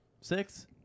Six